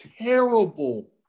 terrible